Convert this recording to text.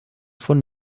von